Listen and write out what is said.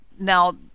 now